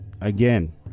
again